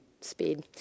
Speed